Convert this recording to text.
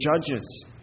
judges